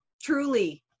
truly